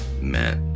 met